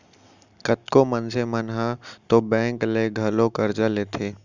कतको मनसे मन ह तो बेंक ले घलौ करजा लेथें